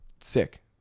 sick